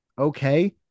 okay